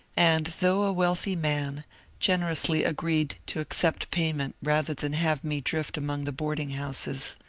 and though a weidthy man generously agreed to accept payment rather than have me drift among the boarding-houses.